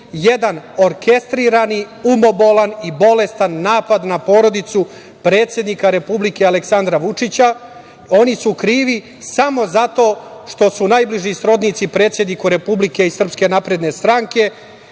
jedan orkestrirani, umobolan i bolestan napad na porodicu predsednika Republike Aleksandra Vučića. Oni su krivi samo zato što su najbliži srodnici predsedniku Republike i SNS i tima